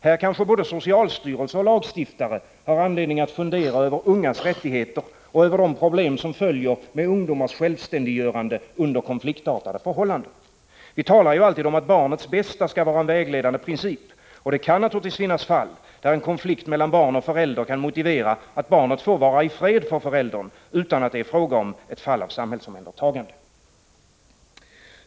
Här kanske både socialstyrelsen och lagstiftaren har anledning att fundera över ungas rättigheter och över de problem som följer med ungdomars självständiggörande under konfliktartade förhållanden. Vi talar ju alltid om att barnens bästa skall vara en vägledande princip — och det kan naturligtvis finnas fall där en konflikt mellan barn och förälder kan motivera att barnet får vara i fred för föräldern, utan att det är fråga om ett fall av samhällsomhändertagande.